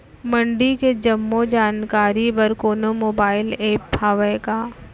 मंडी के जम्मो जानकारी बर कोनो मोबाइल ऐप्प हवय का?